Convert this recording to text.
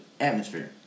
atmosphere